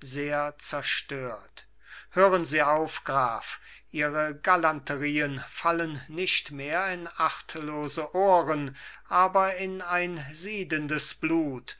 sehr zerstört hören sie auf graf ihre galanterien fallen nicht mehr in achtlose ohren aber in ein siedendes blut